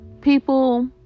People